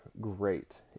great